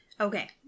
Okay